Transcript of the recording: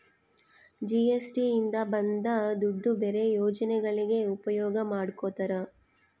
GST ಇಂದ ಬಂದ್ ದುಡ್ಡು ಬೇರೆ ಯೋಜನೆಗಳಿಗೆ ಉಪಯೋಗ ಮಾಡ್ಕೋತರ